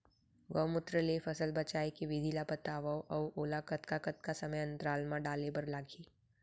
गौमूत्र ले फसल बचाए के विधि ला बतावव अऊ ओला कतका कतका समय अंतराल मा डाले बर लागही?